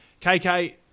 KK